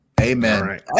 Amen